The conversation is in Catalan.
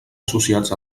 associats